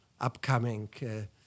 upcoming